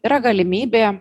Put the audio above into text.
yra galimybė